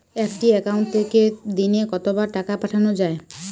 একটি একাউন্ট থেকে দিনে কতবার টাকা পাঠানো য়ায়?